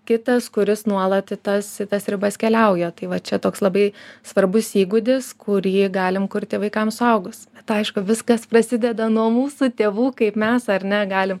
kitas kuris nuolat į tas į tas ribas keliauja tai va čia toks labai svarbus įgūdis kurį galim kurti vaikam suaugus bet aišku viskas prasideda nuo mūsų tėvų kaip mes ar ne galim